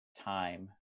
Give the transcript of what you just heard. time